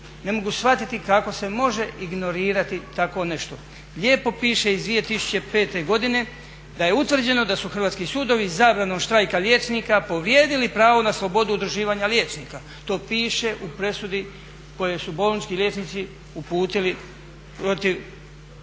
Ne mogu shvatiti kako se može ignorirati tako nešto. Lijepo piše iz 2005. godine da je utvrđeno da su hrvatski sudovi zabranom štrajka liječnika povrijedili pravo na slobodu udruživanja liječnika. To piše u presudi koju su bolnički liječnici uputili protiv